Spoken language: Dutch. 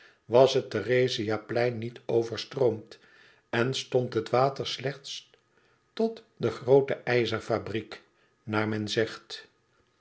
was het therezia plein niet overstroomd en stond het water slechts tot de groote ijzerfabriek naar men zegt